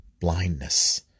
blindness